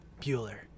Bueller